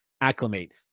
acclimate